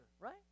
right